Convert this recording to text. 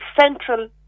central